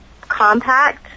compact